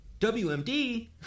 WMD